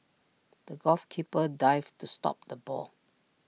the goalkeeper dived to stop the ball